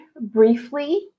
briefly